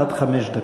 עד חמש דקות.